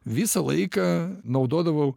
visą laiką naudodavau